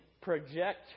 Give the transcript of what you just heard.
project